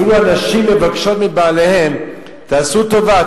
אפילו הנשים מבקשות מבעליהן: תעשו טובה,